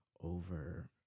over